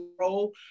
role